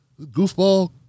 goofball